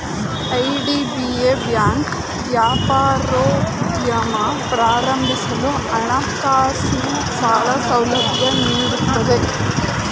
IDBI bank ವ್ಯಾಪಾರೋದ್ಯಮ ಪ್ರಾರಂಭಿಸಲು ಹಣಕಾಸಿನ ಸಾಲ ಸೌಲಭ್ಯ ನೀಡುತ್ತಿದೆ